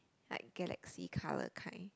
like galaxy colour kind